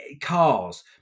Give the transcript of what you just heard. cars